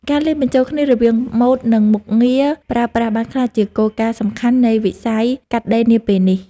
ការលាយបញ្ជូលគ្នារវាងម៉ូដ និងមុខងារប្រើប្រាស់បានក្លាយជាគោលការណ៍សំខាន់នៃវិស័យកាត់ដេរនាពេលនេះ។